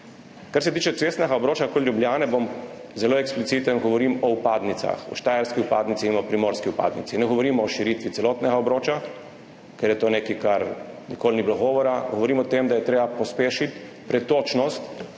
Kar se tiče cestnega obroča okoli Ljubljane, bom zelo ekspliciten. Govorim o vpadnicah, o štajerski vpadnici in o primorski vpadnici. Ne govorimo o širitvi celotnega obroča, ker je to nekaj, o čemer nikoli ni bilo govora, govorim o tem, da je treba pospešiti pretočnost